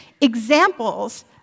examples